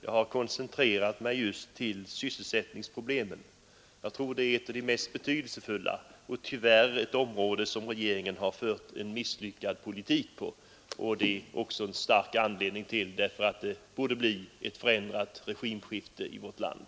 Jag har koncentrerat mig till sysselsättningsproblemen, därför att jag tror att de är mest betydelsefulla och därför att regeringen tyvärr har fört en misslyckad politik på det området. Även det är ett starkt skäl för att det borde bli ett regimskifte i vårt land.